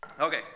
Okay